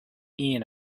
ian